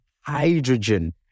hydrogen